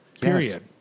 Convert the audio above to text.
Period